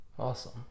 Awesome